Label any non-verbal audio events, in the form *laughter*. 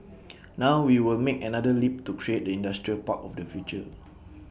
*noise* now we will make another leap to create the industrial park of the future